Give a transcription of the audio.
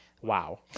Wow